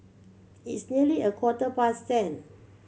its nearly a quarter past ten